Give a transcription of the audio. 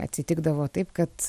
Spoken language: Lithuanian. atsitikdavo taip kad